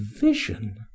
vision